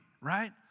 right